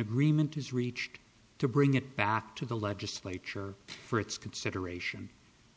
agreement is reached to bring it back to the legislature for its consideration